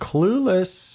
Clueless